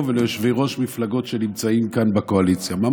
וליושבי-ראש מפלגות שנמצאים כאן בקואליציה.